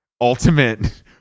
ultimate